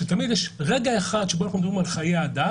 שתמיד יש רגע אחד שבו אנחנו מדברים על חיי אדם